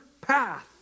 path